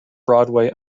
broadway